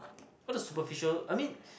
all the superficial I mean